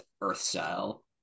Earth-style